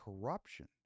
corruption